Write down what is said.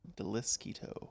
delisquito